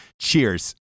Cheers